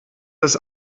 das